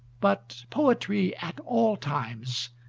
but poetry, at all times,